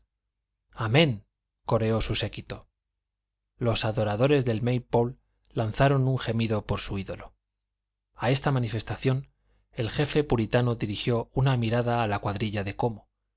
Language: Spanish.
amén coreó su séquito los adoradores del may pole lanzaron un gemido por su ídolo a esta manifestación el jefe puritano dirigió una mirada a la cuadrilla de como